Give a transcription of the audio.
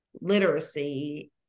literacy